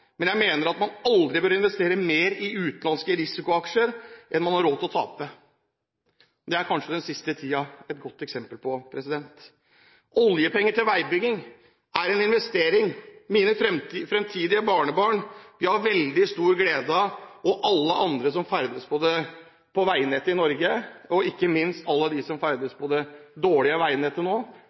men jeg mener at man aldri bør investere mer i utenlandske risikoaksjer enn man har råd til å tape. Det er kanskje den siste tiden et godt eksempel på. Oljepenger til veibygging er en investering mine fremtidige barnebarn vil ha veldig stor glede av. Alle som ferdes på veinettet i Norge, ikke minst alle de som ferdes på det dårlige veinettet nå,